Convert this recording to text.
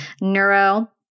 Neuro